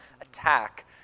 attack